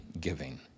giving